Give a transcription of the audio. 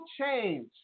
change